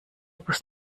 bus